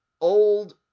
Old